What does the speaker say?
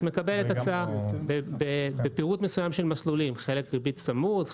את מקבלת הצעה בפירוט מסוים של מסלולים חלק צמוד עם ריבית,